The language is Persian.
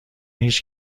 هیچ